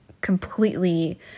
completely